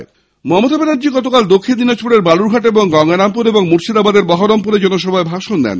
মুখ্যমন্ত্রী মমতা ব্যানার্জী গতকাল দক্ষিণ দিনাজপুরের বালুরহাট ও গঙ্গারামপুর এবং মুর্শিদাবাদের বহরমপুরে জনসভায় ভাষণ দেন